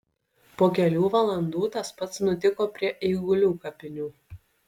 po kelių valandų tas pats nutiko prie eigulių kapinių